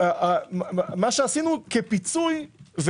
מה שעשינו כפיצוי,